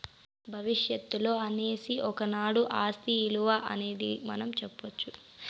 భవిష్యత్తులో అనేసి ఒకనాడు ఆస్తి ఇలువ అనేది మనం సెప్పొచ్చు